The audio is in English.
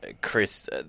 Chris